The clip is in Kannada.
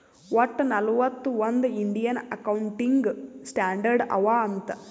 ವಟ್ಟ ನಲ್ವತ್ ಒಂದ್ ಇಂಡಿಯನ್ ಅಕೌಂಟಿಂಗ್ ಸ್ಟ್ಯಾಂಡರ್ಡ್ ಅವಾ ಅಂತ್